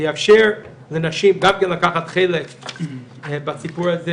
זה יאפשר לנשים גם כן לקחת חלק בסיפור הזה